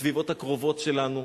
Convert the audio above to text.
בסביבות הקרובות שלנו.